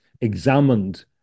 examined